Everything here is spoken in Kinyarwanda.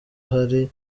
hari